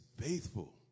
faithful